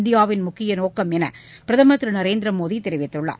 இந்தியாவின் முக்கிய நோக்கம் என பிரதமர் திரு நரேந்திர மோடி தெரிவித்துள்ளார்